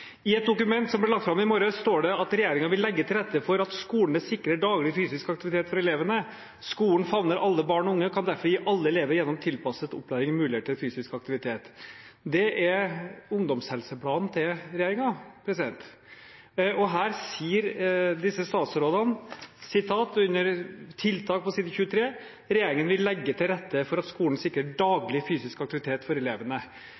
I et dokument som ble lagt fram i morges, står det: «Regjeringen vil legge til rette for at skolene sikrer daglig fysisk aktivitet for elevene. Skolen favner alle barn og unge og kan derfor gi alle elever gjennom tilpasset opplæring mulighet til fysisk aktivitet.» Dette er ungdomshelseplanen til regjeringen. Her sier disse statsrådene under «Tiltak» på side 23: «Regjeringen vil legge til rette for at skolen sikrer daglig fysisk aktivitet for elevene.»